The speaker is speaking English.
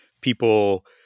people